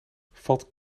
valt